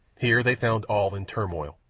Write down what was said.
here they found all in turmoil.